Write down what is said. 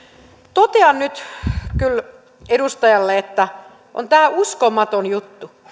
totean nyt kyllä edustajalle että on tämä uskomaton juttu